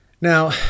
Now